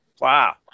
wow